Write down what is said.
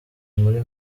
muri